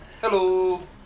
Hello